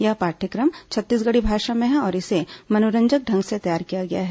यह पाठ्यक्रम छत्तीसगढ़ी भाषा में है और इसे मनोरंजक ढंग से तैयार किया गया है